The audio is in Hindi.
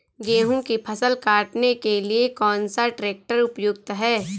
गेहूँ की फसल काटने के लिए कौन सा ट्रैक्टर उपयुक्त है?